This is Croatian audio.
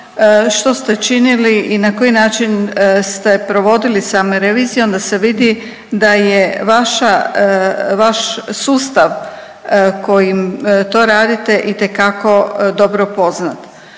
što ste činili i na koji način ste provodili same revizije onda se vidi da je vaša, vaš sustav kojim to radite itekako dobro poznat.